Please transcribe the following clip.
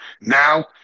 Now